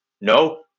No